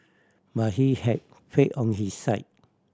but he had faith on his side